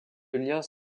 liens